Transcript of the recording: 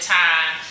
time